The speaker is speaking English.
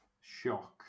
Shock